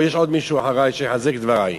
או שיש עוד מישהו אחרי שיחזק את דברי?